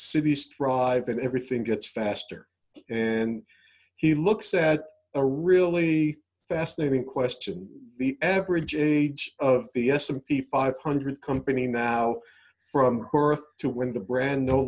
cities thrive and everything gets faster and he looks at a really fascinating question the average age of the s and p five hundred company now from birth to when the brand no